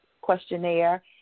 questionnaire